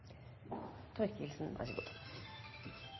replikk. Vær så god.